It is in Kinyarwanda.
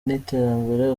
n’iterambere